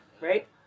right